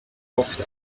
oft